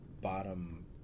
bottom